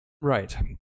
Right